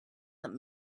that